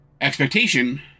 expectation